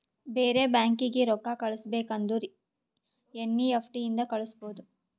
ಬೇರೆ ಬ್ಯಾಂಕೀಗಿ ರೊಕ್ಕಾ ಕಳಸ್ಬೇಕ್ ಅಂದುರ್ ಎನ್ ಈ ಎಫ್ ಟಿ ಇಂದ ಕಳುಸ್ಬೋದು